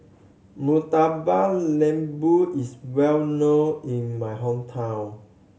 Murtabak Lembu is well known in my hometown